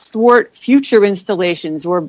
thwart future installations we're